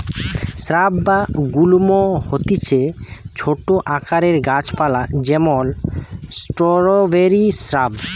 shrub বা গুল্ম হতিছে ছোট আকারের গাছ পালা যেমন স্ট্রওবেরি শ্রাব